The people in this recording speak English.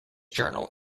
journal